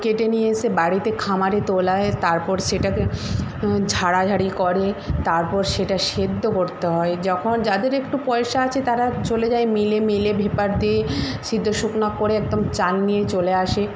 কেটে নিয়ে এসে বাড়িতে খামারে তোলা হয় তারপর সেটাকে ঝাড়াঝাড়ি করে তারপর সেটা সেদ্ধ করতে হয় যখন যাদের একটু পয়সা আছে তারা চলে যায় মিলে মিলে ভেপার দিয়ে সিদ্ধ শুকনো করে একদম চাল নিয়ে চলে আসে